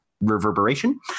reverberation